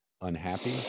unhappy